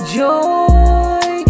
joy